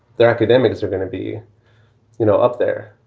they're academics are going to be you know up there.